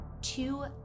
two